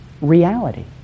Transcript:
reality